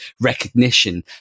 recognition